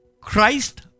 Christ